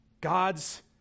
God's